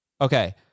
Okay